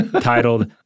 titled